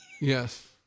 Yes